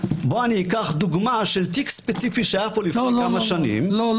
בוא אני אקח דוגמה של תיק ספציפי שהיה פה לפני כמה שנים --- לא,